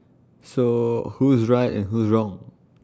so who's right and who's wrong